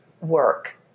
work